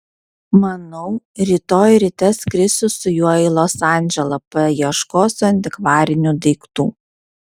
manau rytoj ryte skrisiu su juo į los andželą paieškosiu antikvarinių daiktų